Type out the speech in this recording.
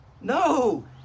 No